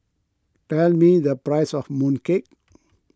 tell me the price of Mooncake